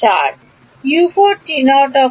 ছাত্র 4